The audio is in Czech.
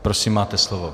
Prosím, máte slovo.